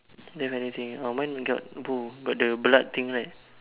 don't have anything orh mine got bull got the blood thing right